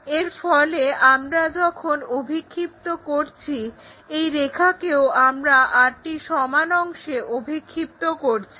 এর ফলে আমরা যখন অভিক্ষিপ্ত করছি এই রেখাকেও আমরা আটটি সমান অংশে অভিক্ষিপ্ত করছি